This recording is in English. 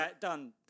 done